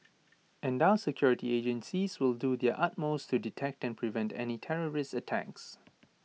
and our security agencies will do their utmost to detect and prevent any terrorist attacks